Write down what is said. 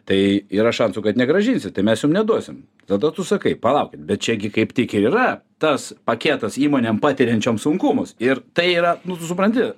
tai yra šansų kad negrąžinsit tau mes jum neduosim tada tu sakai palaukit bet čia gi kaip tik ir yra tas paketas įmonėm patiriančioms sunkumus ir tai yra nu tu supranti